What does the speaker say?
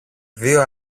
δυο